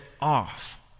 off